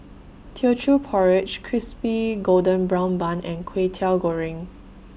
Teochew Porridge Crispy Golden Brown Bun and Kway Teow Goreng